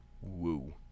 Woo